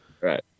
Right